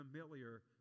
familiar